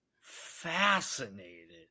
fascinated